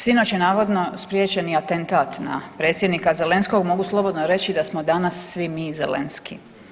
Sinoć je navodno spriječen i atentat na predsjednika Zelenskog, mogu slobodno reći da smo danas svi mi Zelensky.